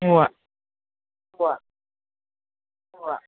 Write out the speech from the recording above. ഉവ്വ് ഉവ്വ് ഉവ്വ്